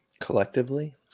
Collectively